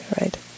right